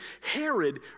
Herod